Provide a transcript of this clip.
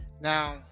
Now